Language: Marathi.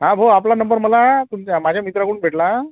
हा भाऊ आपला नंबर मला तुमच्या माझ्या मित्राकडून भेटला